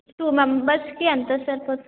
two మెంబెర్స్కి ఎంత సరిపో